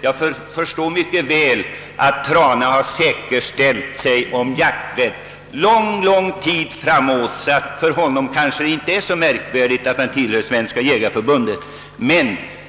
Jag förstår att herr Trana har säkerställt sin jakträtt under lång tid framåt, så för honom är det kanske inte så märkvärdigt att tillhöra Svenska jägareförbundet.